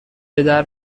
پدر